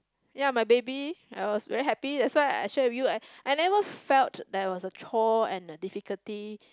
ya my baby I was very happy that's why I share with you I I never felt there was the chore and the difficulty